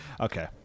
Okay